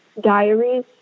diaries